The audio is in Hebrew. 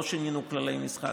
לא שינינו כללי משחק,